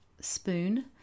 spoon